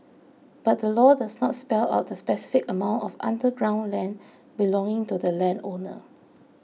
but the law does not spell out the specific amount of underground land belonging to the landowner